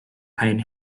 pain